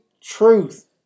truth